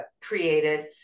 created